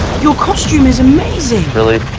your costume is amazing! really?